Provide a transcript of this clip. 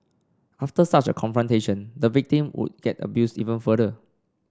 after such a confrontation the victim would get abused even further